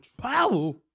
travel